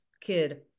kid